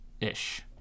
ish